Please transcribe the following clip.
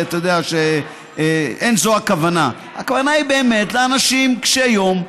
לא זו הכוונה, הכוונה היא באמת לאנשים קשי יום.